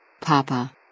Papa